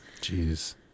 Jeez